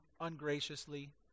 ungraciously